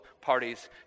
parties